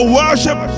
worship